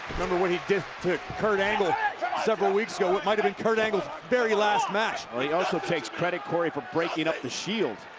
remember what he did to kurt angle several weeks ago? it might have been kurt angle's very last match. but he also takes credit, corey for breaking up the shields.